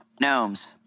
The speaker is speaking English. Gnomes